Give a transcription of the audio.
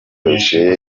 dossier